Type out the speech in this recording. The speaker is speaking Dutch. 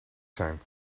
zijn